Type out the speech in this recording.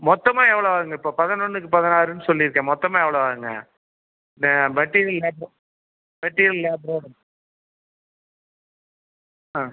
மொத்தமாக எவ்வளோ ஆகுதுங்க இப்போ பதினொன்றுக்கு பதினாருன்னு சொல்லியிருக்கேன் மொத்தமாக எவ்வளோ ஆகுங்க மெட்டீரியல் லேபர் மெட்டீரியல் லேபரோடு ஆன்